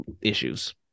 issues